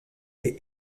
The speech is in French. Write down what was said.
est